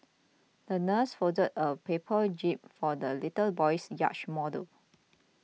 the nurse folded a paper jib for the little boy's yacht model